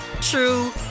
true